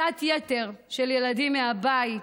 הוצאת יתר של ילדים מהבית,